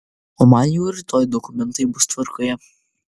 o man jau rytoj dokumentai bus tvarkoje